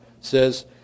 says